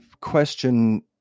question